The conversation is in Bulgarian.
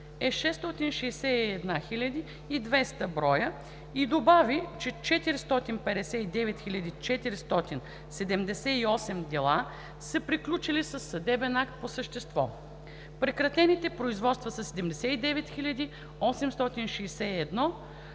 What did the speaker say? е 661 200 броя и добави, че 459 478 дела са приключили със съдебен акт по същество. Прекратените производства са 79 861